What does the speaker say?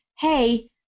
hey